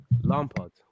Lampard